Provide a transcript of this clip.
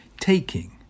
taking